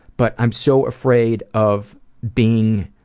but i'm so afraid of being